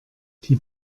die